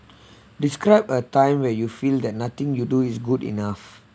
describe a time where you feel that nothing you do is good enough